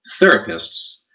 Therapists